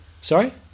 Sorry